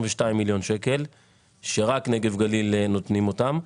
מיליון שקל שרק נגב גליל נותנים אותם,